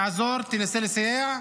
תעזור, תנסה לסייע.